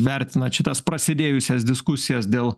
vertinat šitas prasidėjusias diskusijas dėl